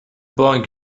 بانک